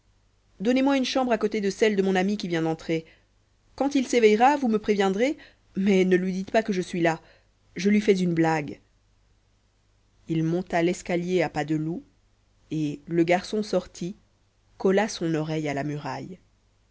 donnez-moi une chambre a côté de celle de mon ami qui vient d'entrer quand il s'éveillera vous me préviendrez mais ne lui dites pas que je suis là je lui fais une blague il monta l'escalier à pas de loup et le garçon sorti colla son oreille à la muraille